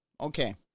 Okay